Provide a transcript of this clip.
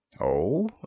Oh